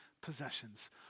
possessions